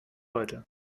heute